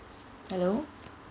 hello